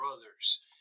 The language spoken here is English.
brothers